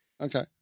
Okay